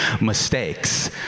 mistakes